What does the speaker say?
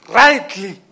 rightly